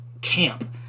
Camp